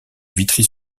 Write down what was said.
vitry